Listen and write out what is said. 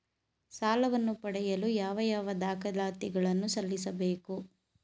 ಸಾಲವನ್ನು ಪಡೆಯಲು ಯಾವ ಯಾವ ದಾಖಲಾತಿ ಗಳನ್ನು ಸಲ್ಲಿಸಬೇಕು?